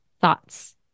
thoughts